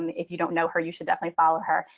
if you don't know her, you should definitely follow her.